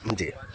जी